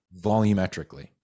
volumetrically